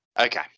okay